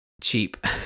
cheap